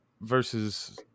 versus